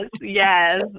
yes